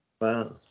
Wow